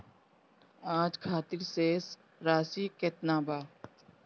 आज खातिर शेष राशि केतना बा?